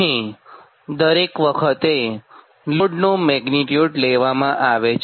અહીં દરેક વખતે લોડનો મેગ્નીટ્યુડ લેવામાં આવે છે